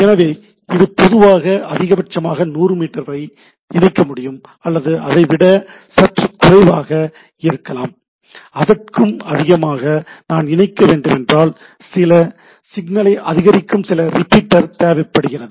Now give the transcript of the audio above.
எனவே இது பொதுவாக அதிகபட்சமாக 100 மீட்டர் வரை இணைக்க முடியும் அல்லது அதை விட சற்று குறைவாக இருக்கலாம் அதற்கும் அதிகமாக நான் இணைக்க வேண்டுமென்றால் சிக்னலை அதிகரிக்கும் சில ரிப்பீட்டர் தேவைப்படுகிறது